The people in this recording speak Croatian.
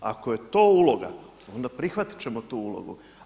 Ako je to uloga, onda prihvatit ćemo tu ulogu.